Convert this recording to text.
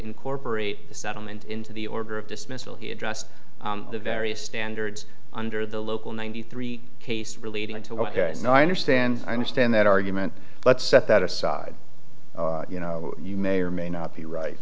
incorporate the settlement into the order of dismissal he addressed the various standards under the local ninety three case relating to ok no i understand i understand that argument let's set that aside you know you may or may not be right